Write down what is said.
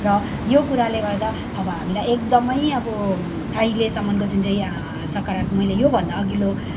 र यो कुराले गर्दा अब हामीलाई एकदमै अब अहिलेसम्मको जुन चाहिँ सकारात मैले यो भन्दा अघिल्लो